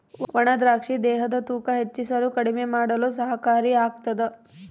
ಒಣ ದ್ರಾಕ್ಷಿ ದೇಹದ ತೂಕ ಹೆಚ್ಚಿಸಲು ಕಡಿಮೆ ಮಾಡಲು ಸಹಕಾರಿ ಆಗ್ತಾದ